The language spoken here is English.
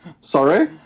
Sorry